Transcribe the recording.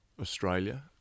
Australia